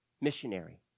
Missionary